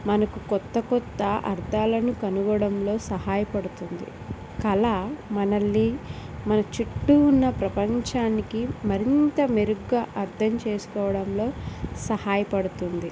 మనకు కొత్త కొత్త అర్థాలని కనుగొనడంలో సహాయపడుతుంది కళ మనల్ని మన చుట్టూ ఉన్న ప్రపంచానికి మరింత మెరుగ్గా అర్థం చేసుకోవడంలో సహాయపడుతుంది